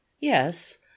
yes